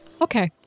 Okay